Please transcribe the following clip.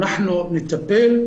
שאנחנו נטפל.